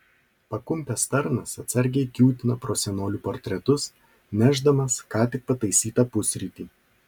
pakumpęs tarnas atsargiai kiūtina pro senolių portretus nešdamas ką tik pataisytą pusrytį